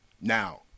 Now